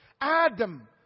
Adam